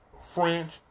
French